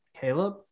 Caleb